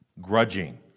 grudging